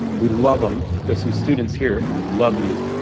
we love them. there's some students here, and we love you.